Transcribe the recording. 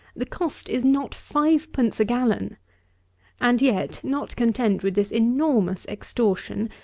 the cost is not fivepence a gallon and yet, not content with this enormous extortion,